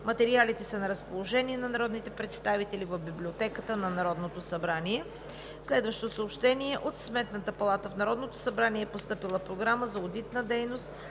Материалите са на разположение на народните представители в Библиотеката на Народното събрание; - от Сметната палата в Народното събрание е постъпила Програма за одитна дейност